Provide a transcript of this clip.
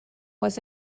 was